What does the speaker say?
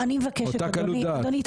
אני מבקשת אדוני.